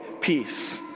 peace